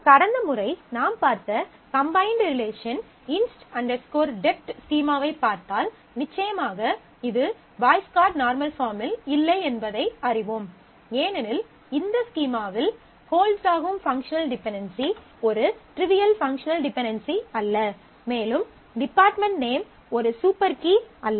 கடந்த முறை நாம் பார்த்த combined relation inst dept inst dept ஸ்கீமாவைப் பார்த்தால் நிச்சயமாக இது பாய்ஸ் கோட் நார்மல் பார்ம்மில் இல்லை என்பதை அறிவோம் ஏனெனில் இந்த ஸ்கீமாவில் ஹோல்ட்ஸ் ஆகும் பங்க்ஷனல் டிபென்டென்சி ஒரு ட்ரிவியல் டிபென்டென்சி அல்ல மேலும் டிபார்ட்மென்ட் நேம் ஒரு சூப்பர் கீ அல்ல